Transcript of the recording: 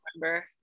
remember